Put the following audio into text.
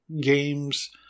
games